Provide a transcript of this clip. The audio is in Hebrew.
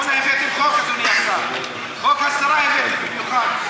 אנחנו לא נירתע מלהמשיך לאכוף את החוק.